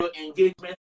engagement